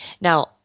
Now